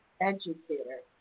educator